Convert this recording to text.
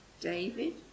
David